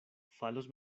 falos